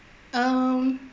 um